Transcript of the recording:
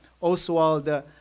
oswald